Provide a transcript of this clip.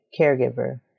caregiver